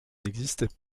n’existaient